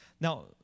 now